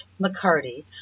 McCarty